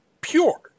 pure